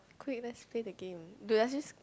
quick let's play the game dude let's just